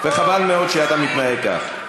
וחבל מאוד שאתה מתנהג כך.